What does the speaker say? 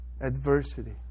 adversity